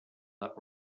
that